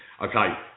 Okay